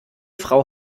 frau